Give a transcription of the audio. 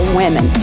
women